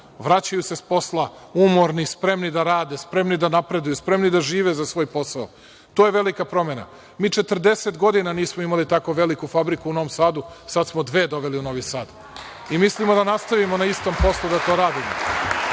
vraćaju se sa posla umorni, spremni da rade, spremni da napreduju, spremni da žive za svoj posao. To je velika promena. Mi 40 godina nismo imali tako veliku fabriku u Novom Sadu. Sada smo dve doveli u Novi Sad i mislimo da nastavimo na istom poslu da to radimo.